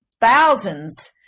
thousands